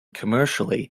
commercially